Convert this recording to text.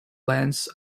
bands